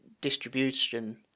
distribution